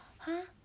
!huh!